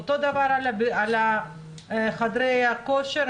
אותו דבר על חדרי הכושר: